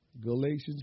Galatians